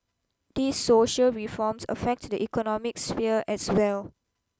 these social reforms affect the economic sphere as well